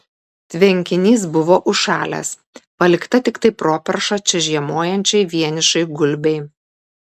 tvenkinys buvo užšalęs palikta tiktai properša čia žiemojančiai vienišai gulbei